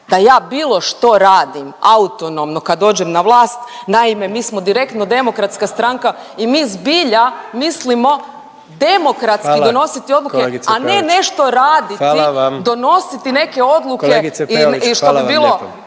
da ja bilo što radim autonomno kad dođem na vlast, naime mi smo direktno demokratska stranka i mi zbilja mislimo demokratski…/Upadica predsjednik: Hvala kolegice Peović./…donositi odluke,